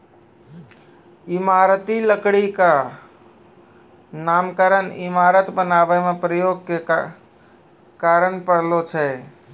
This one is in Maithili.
इमारती लकड़ी क नामकरन इमारत बनावै म प्रयोग के कारन परलो छै